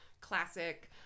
classic